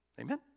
Amen